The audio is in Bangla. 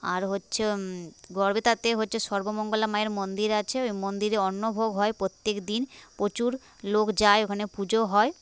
আর হচ্ছে গড়বেতাতে হচ্ছে সর্বমঙ্গলা মায়ের মন্দির আছে ওই মন্দিরে অন্নভোগ হয় প্রত্যেকদিন প্রচুর লোক যায় ওখানে পুজো হয়